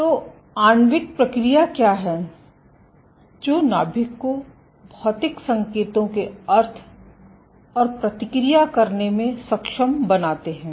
तो आणविक प्रक्रिया क्या हैं जो नाभिक को भौतिक संकेतों के अर्थ और प्रतिक्रिया करने में सक्षम बनाते हैं